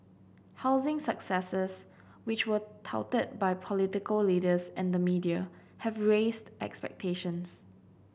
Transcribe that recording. housing successes which were touted by political leaders and the media have raised expectations